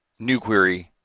new query,